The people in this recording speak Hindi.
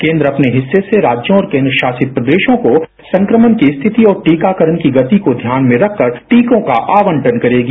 केन्द्र अपने हिस्से से राज्यों और केन्द्र शासित प्रदेशों को संक्रमण की स्थिति और टीकाकरण की गति को ध्यान में रखकर टीकों का आवंटन करेगी